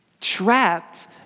Trapped